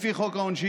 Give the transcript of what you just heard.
לפי חוק העונשין,